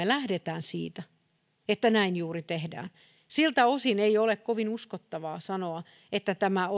lähdetään siitä että näin juuri tehdään siltä osin ei ole kovin uskottavaa sanoa että tämä olisi